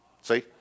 See